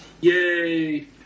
Yay